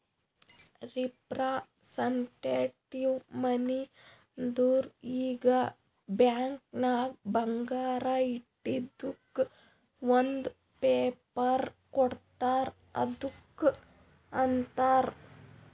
representative money ಅಂದುರ್ ಈಗ bank ನಾಗ್ ಬಂಗಾರ ಇಟ್ಟಿದುಕ್ ಒಂದ್ ಪೇಪರ್ ಕೋಡ್ತಾರ್ ಅದ್ದುಕ್ ಅಂತಾರ್